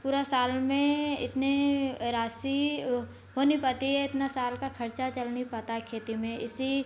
पूरा साल में इतने राशि हो नहीं पाती है इतना साल का खर्चा चल नहीं पाता है खेती में इसी